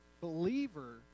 believer